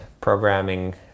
programming